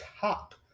top